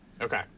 okay